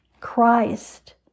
Christ